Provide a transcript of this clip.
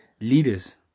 Leaders